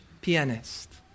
pianist